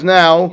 now